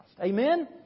Amen